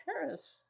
paris